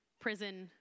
prison